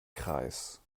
kreis